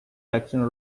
action